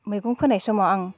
मैगं फोनाय समाव आं